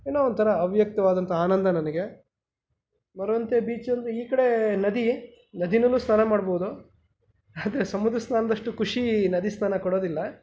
ಏನೋ ಒಂಥರ ಅವ್ಯಕ್ತವಾದಂತ ಆನಂದ ನನಗೆ ಮರವಂತೆ ಬೀಚಲ್ಲಿ ಈ ಕಡೆ ನದಿ ನದಿಯಲ್ಲೂ ಸ್ನಾನ ಮಾಡ್ಬೋದು ಆದರೆ ಸಮುದ್ರ ಸ್ನಾನದಷ್ಟು ಖುಷಿ ನದಿ ಸ್ನಾನ ಕೊಡೋದಿಲ್ಲ